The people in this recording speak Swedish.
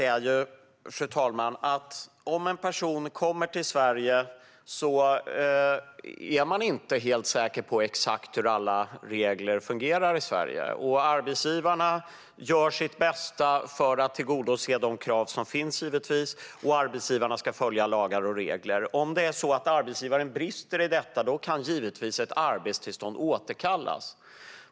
Problemet är att när en person kommer till Sverige är denne inte helt säker på exakt hur alla regler fungerar här. Arbetsgivarna gör givetvis sitt bästa för att tillgodose de krav som finns, och de ska följa lagar och regler. Om arbetsgivaren brister i detta kan självklart ett arbetstillstånd återkallas.